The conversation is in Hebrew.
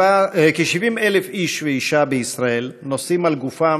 כ-70,000 איש ואישה בישראל נושאים על גופם